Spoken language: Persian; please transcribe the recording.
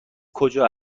کجا